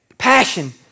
Passion